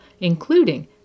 including